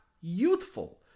youthful